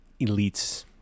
elites